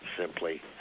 simply